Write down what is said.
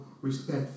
respect